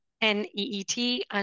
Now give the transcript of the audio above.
n-e-e-t